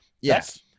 Yes